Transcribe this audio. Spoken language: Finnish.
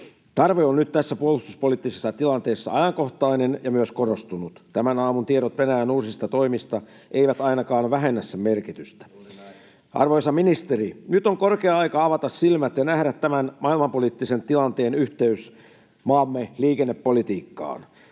Tarve on nyt tässä puolustuspoliittisessa tilanteessa ajankohtainen ja myös korostunut. Tämän aamun tiedot Venäjän uusista toimista eivät ainakaan vähennä sen merkitystä. [Petri Huru: Juuri näin!] Arvoisa ministeri, nyt on korkea aika avata silmät ja nähdä tämän maailmanpoliittisen tilanteen yhteys maamme liikennepolitiikkaan.